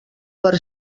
per